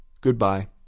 Goodbye